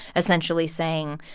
essentially saying,